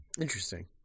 interesting